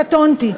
קטונתי.